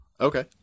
Okay